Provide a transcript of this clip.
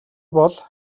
бол